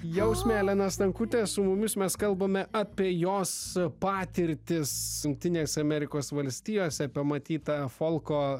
jausmė elena stankutė su mumis mes kalbame apie jos patirtis jungtinėse amerikos valstijose apie matytą folko